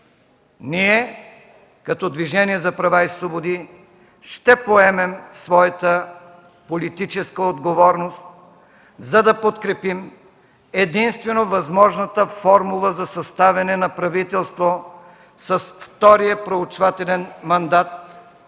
Ние като Движение за права и свободи ще поемем своята политическа отговорност, за да подкрепим единствено възможната формула за съставяне на правителство с втория проучвателен мандат с